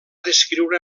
descriure